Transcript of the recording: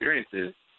experiences